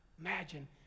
imagine